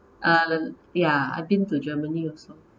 uh ya I've been to germany also